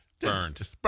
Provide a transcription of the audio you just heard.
Burned